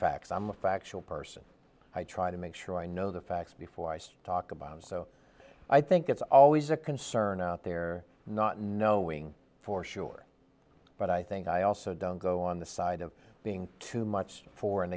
the factual person i try to make sure i know the facts before i see talk about it so i think it's always a concern out there not knowing for sure but i think i also don't go on the side of being too much for and